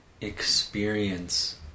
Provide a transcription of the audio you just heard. experience